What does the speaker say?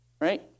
right